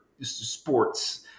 sports